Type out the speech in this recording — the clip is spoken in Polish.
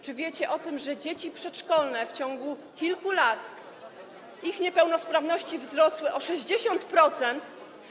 Czy wiecie o tym, że jeśli chodzi o dzieci przedszkolne, w ciągu kilku lat ich niepełnosprawności wzrosły o 60%?